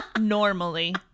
normally